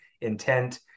intent